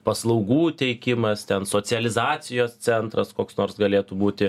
paslaugų teikimas ten socializacijos centras koks nors galėtų būti